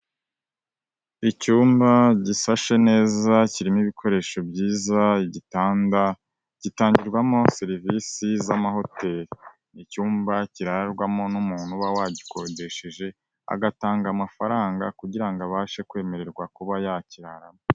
Icyumba gisashe neza kirimo ibikoresho byiza igitanda, gitangirwamo serivisi z'amahoteli. Icyumba kirarwamo n'umuntu uba wagikodesheje, agatanga amafaranga kugirango abashe kwemererwa kuba yakiraramo.